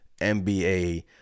NBA